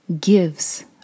gives